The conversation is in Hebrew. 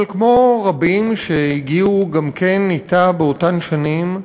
אבל כמו רבים שהגיעו גם כן אתה באותן שנים,